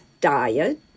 diet